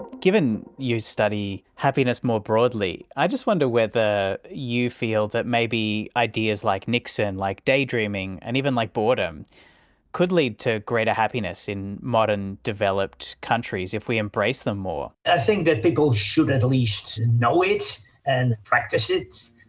given you study happiness more broadly, i just wonder whether you feel that maybe ideas like niksen, like daydreaming and even like boredom could lead to greater happiness in modern, developed countries if we embrace them more. i think that people should at least know it and practise it.